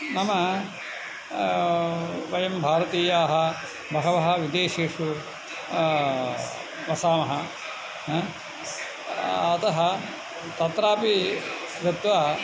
नाम वयं भारतीयाः बहवः विदेशेषु वसामः अतः तत्रापि गत्वा